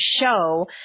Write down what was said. show